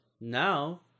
now